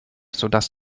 sodass